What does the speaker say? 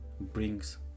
brings